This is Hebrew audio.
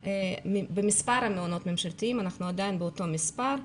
במספר המעונות הממשלתיים אנחנו עדיין באותו מספר,